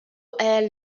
est